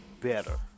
better